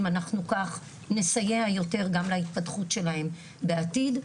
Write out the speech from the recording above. אנחנו כך נסייע יותר גם להתפתחות שלהם בעתיד.